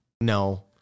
No